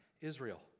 Israel